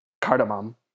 cardamom